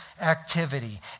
activity